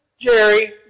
Jerry